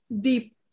deep